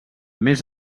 més